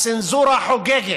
הצנזורה חוגגת,